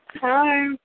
Hi